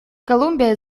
колумбия